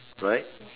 right